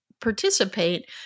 participate